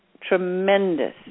tremendous